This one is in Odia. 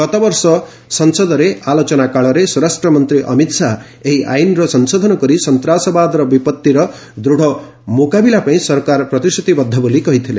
ଗତବର୍ଷ ସଂସଦରେ ଆଲୋଚନାକାଳରେ ସ୍ପରାଷ୍ଟମନ୍ତ୍ରୀ ଅମିତ ଶାହା ଏହି ଆଇନର ସଂଶୋଧନ କରି ସନ୍ତାସବାଦର ବିପତ୍ତିର ଦୃଢ଼ ମୁକାବିଲା ପାଇଁ ସରକାର ପ୍ରତିଶ୍ରତିବଦ୍ଧ ବୋଲି କହିଥିଲେ